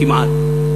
כמעט.